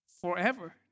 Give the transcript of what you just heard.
forever